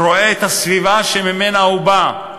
רואה את הסביבה שממנה הוא בא?